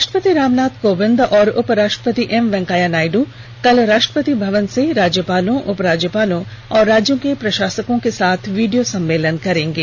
राष्ट्रपति राम नाथ कोविंद और उपराष्ट्रपति एम वेंकैया नायड् कल राष्ट्रपति भवन से राज्यपालों उपराज्यपालों और राज्यों के प्रशासकों के साथ वीडियो सम्मेलन करेंगे